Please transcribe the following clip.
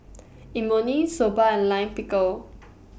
Imoni Soba and Lime Pickle